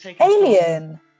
Alien